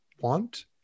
want